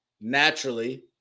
Naturally